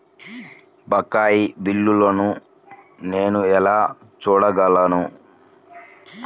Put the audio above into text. బకాయి బిల్లును నేను ఎలా చూడగలను?